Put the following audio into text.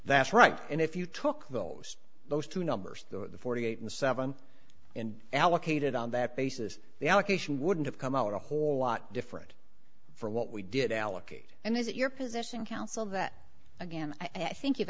that's right and if you took those two no the forty eight and seven and allocated on that basis the allocation wouldn't have come out a whole lot different for what we did allocate and is it your position counsel that again i think you've